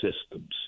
systems